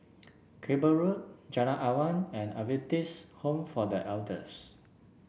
Cable Road Jalan Awan and Adventist Home for The Elders